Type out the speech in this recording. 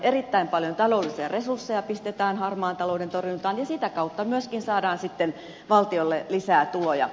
erittäin paljon taloudellisia resursseja pistetään harmaan talouden torjuntaan ja sitä kautta myöskin saadaan sitten valtiolle lisää tuloja